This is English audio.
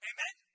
Amen